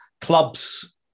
Clubs